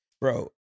bro